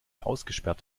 ausgesperrt